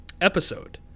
episode